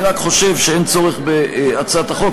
אני רק חושב שאין צורך בהצעת החוק.